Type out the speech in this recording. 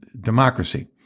democracy